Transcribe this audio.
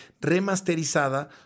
remasterizada